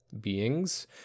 beings